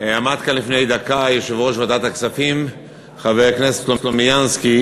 עמד כאן לפני דקה יושב-ראש ועדת הכספים חבר הכנסת סלומינסקי,